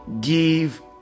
give